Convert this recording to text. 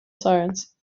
science